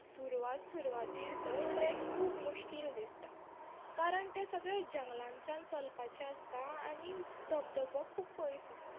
सुरवात सुरवाती तर ट्रॅक खूब मुश्कील दिसता कारण तें सगळें जंगलानच्यान चलपाचें आसता आनी धबधबो खूब पयस आसा